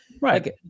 Right